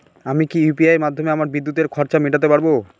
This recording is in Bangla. আমি কি ইউ.পি.আই মাধ্যমে আমার বিদ্যুতের খরচা মেটাতে পারব?